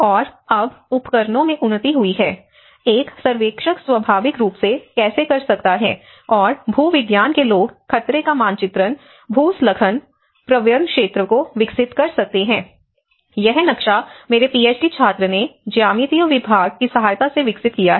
और अब उपकरणों में उन्नति हुई है एक सर्वेक्षक स्वाभाविक रूप से कैसे कर सकता है और भू विज्ञान के लोग खतरे का मानचित्रण भूस्खलन प्रवण क्षेत्र को विकसित कर सकते हैं यह नक्शा मेरे पीएचडी छात्र ने ज्यामितीय विभाग की सहायता से विकसित किया है